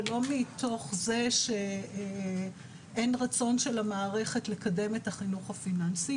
ולא מתוך זה שאין רצון של המערכת לקדם את החינוך הפיננסי.